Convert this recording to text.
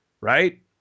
right